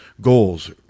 goals